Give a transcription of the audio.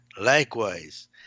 likewise